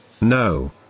No